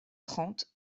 trente